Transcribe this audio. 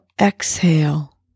exhale